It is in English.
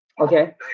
Okay